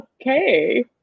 okay